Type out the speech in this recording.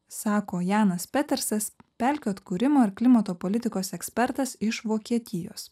sako janas petersonas pelkių atkūrimo ir klimato politikos ekspertas iš vokietijos